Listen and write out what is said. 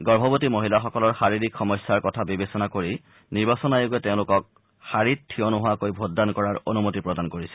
গৰ্ভৰতী মহিলাসকলৰ শাৰিৰীক সমস্যাৰ কথা বিবেচনা কৰি নিৰ্বাচন আয়োগে তেওঁলোকক শাৰিত ঠিয় নোহোৱাকৈ ভোটদান কৰাৰ অনুমতি প্ৰদান কৰিছে